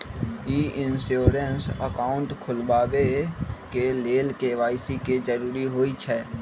ई insurance account खोलबाबे के लेल के.वाई.सी के जरूरी होइ छै